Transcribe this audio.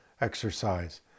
exercise